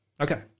Okay